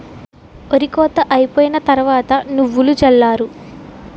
ఒరి కోత అయిపోయిన తరవాత నువ్వులు జల్లారు